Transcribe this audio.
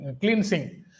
cleansing